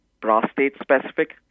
prostate-specific